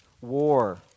war